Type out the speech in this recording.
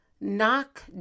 knock